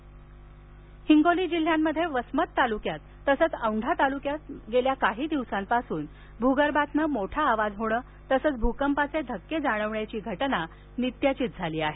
हिंगोली भकंप हिंगोली जिल्ह्यांमध्ये वसमत तालुक्यामध्ये तसेच औढा तालुक्यात मागील काही दिवसापासून भूगर्भातून मोठा आवाज होणे तसेच भूकंपाचे धक्के जाणवण्याची घटना नित्याचीच झाली आहे